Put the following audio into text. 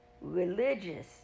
Religious